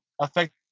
affect